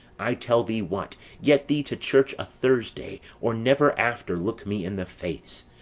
i tell thee what get thee to church a thursday or never after look me in the face.